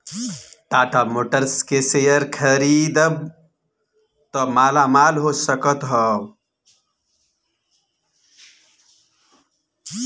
Tata Motors के शेयर खरीदबअ त मालामाल हो सकत हवअ